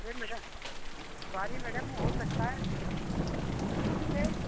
अरे madam sorry madam वो हो सकता है सी से